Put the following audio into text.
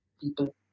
people